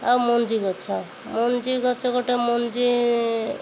ଆଉ ମଞ୍ଜି ଗଛ ମଞ୍ଜି ଗଛ ଗୋଟେ ମଞ୍ଜି